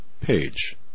page